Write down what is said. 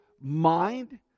mind